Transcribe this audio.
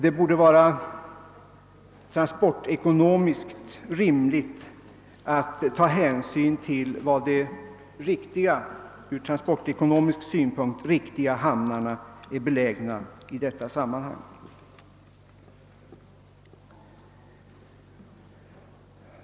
Det borde vara rimligt att ta hänsyn till var de ur transportekonomisk synpunkt »riktiga« hamnarna är belägna.